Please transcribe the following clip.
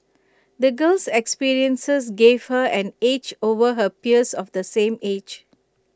the girl's experiences gave her an edge over her peers of the same age